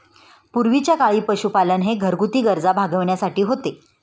पूर्वीच्या काळी पशुपालन हे घरगुती गरजा भागविण्यासाठी होते